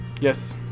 Yes